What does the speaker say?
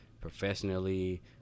professionally